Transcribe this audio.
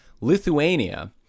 Lithuania